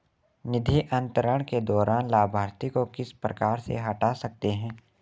निधि अंतरण के दौरान लाभार्थी को किस प्रकार से हटा सकते हैं?